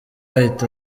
ahita